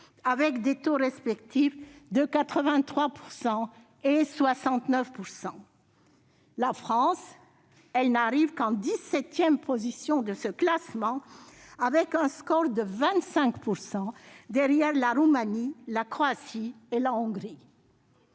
les taux respectifs de 83 % et 69 %. La France, elle, n'arrive qu'en dix-septième position de ce classement, avec un score de 25 %, derrière la Roumanie, la Croatie et la Hongrie.